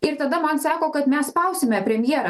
ir tada man sako kad mes spausime premjerą